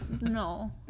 No